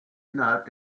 innerhalb